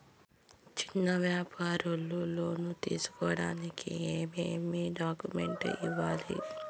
చిన్న వ్యాపారులు లోను తీసుకోడానికి ఏమేమి డాక్యుమెంట్లు ఇవ్వాలి?